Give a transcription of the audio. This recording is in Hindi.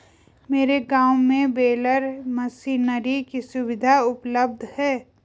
मेरे गांव में बेलर मशीनरी की सुविधा उपलब्ध है